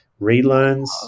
relearns